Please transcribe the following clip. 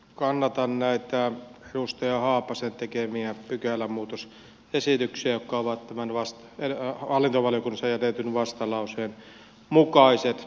kannatan näitä edustaja haapasen tekemiä pykälämuutosesityksiä jotka ovat tämän hallintovaliokunnassa jätetyn vastalauseen mukaiset